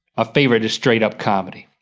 ah favorite just straight up comedy.